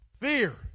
fear